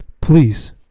Please